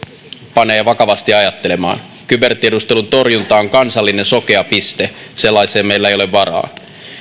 panee vakavasti ajattelemaan kybertiedustelun torjunta on kansallinen sokea piste sellaiseen meillä ei ole varaa